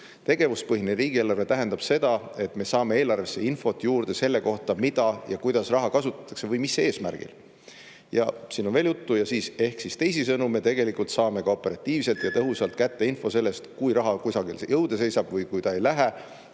Tegevuspõhine riigieelarve tähendab seda, et me saame eelarvesse infot juurde selle kohta, mida ja kuidas raha kasutatakse või mis eesmärgil." Ja siin on veel juttu ja siis: "Ehk siis, teisisõnu, me tegelikult saame ka operatiivselt ja tõhusalt kätte info sellest, kui raha kusagil jõude seisab või kui ta ei lähe,